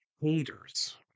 haters